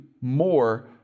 more